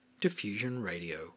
diffusionradio